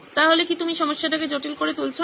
তাহলে কি তুমি সমস্যাটিকে জটিল করে তুলছো না